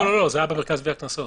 לא, זה היה במרכז לגביית קנסות.